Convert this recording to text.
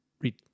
read